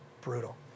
Brutal